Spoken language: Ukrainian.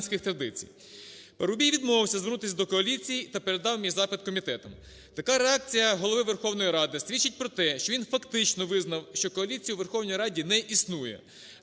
Парубій відмовився звернутися до коаліції та передав мій запит комітетам. Така реакція Голови Верховної Ради свідчить про те, що він фактично визнав, що коаліції у Верховній Раді не існує.